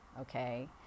Okay